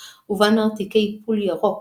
הולך המנהג ומתבטל.